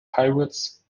pirates